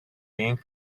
being